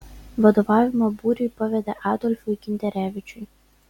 vadovavimą būriui pavedė adolfui kinderevičiui